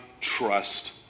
trust